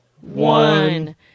one